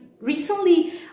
recently